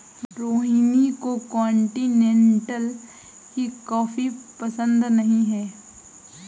रोहिणी को कॉन्टिनेन्टल की कॉफी पसंद नहीं है